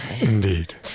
Indeed